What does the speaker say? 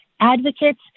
advocates